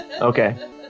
Okay